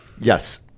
Yes